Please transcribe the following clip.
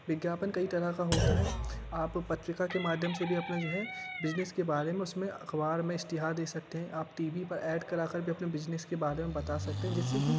विज्ञापन कई तरह के होता हैं आप पत्रिका के माध्यम से भी अपना जो है बिजनेस के बारे में उसमें अख़बार में इश्तिहार दे सकते हैं आप टी वी पर ऐड करा कर भी अपने बिजनेस के बारे में बता सकते हैं जिससे कि